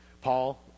Paul